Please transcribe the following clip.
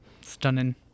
Stunning